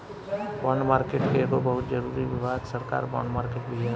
bond market के एगो बहुत जरूरी विभाग सरकार बॉन्ड मार्केट भी ह